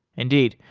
indeed.